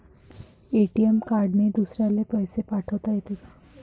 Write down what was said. ATM कार्डने दुसऱ्याले पैसे पाठोता येते का?